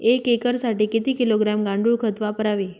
एक एकरसाठी किती किलोग्रॅम गांडूळ खत वापरावे?